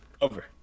Over